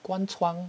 关窗